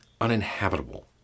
uninhabitable